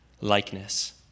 likeness